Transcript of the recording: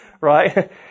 right